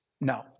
No